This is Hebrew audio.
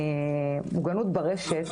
מוגנות ברשת,